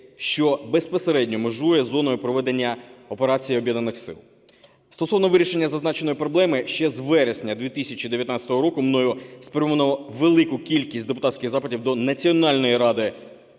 що безпосередньо межує з зоною проведення Операції об'єднаних сил. Стосовно вирішення зазначеної проблеми ще з вересня 2019 року мною спрямовано велику кількість депутатських запитів до Національної ради